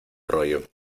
rollo